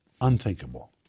unthinkable